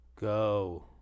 go